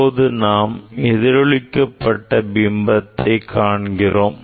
இப்போது நாம் எதிரொளிக்கப்பட்ட பிம்பத்தை காண்கிறோம்